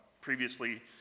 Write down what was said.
previously